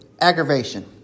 aggravation